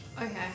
Okay